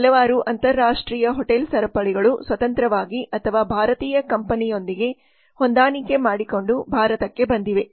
ಹಲವಾರು ಅಂತರರಾಷ್ಟ್ರೀಯ ಹೋಟೆಲ್ ಸರಪಳಿಗಳು ಸ್ವತಂತ್ರವಾಗಿ ಅಥವಾ ಭಾರತೀಯ ಕಂಪನಿಯೊಂದಿಗೆ ಹೊಂದಾಣಿಕೆ ಮಾಡಿಕೊಂಡು ಭಾರತಕ್ಕೆ ಬಂದಿವೆ